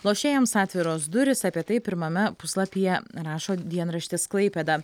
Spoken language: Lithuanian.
lošėjams atviros durys apie tai pirmame puslapyje rašo dienraštis klaipėda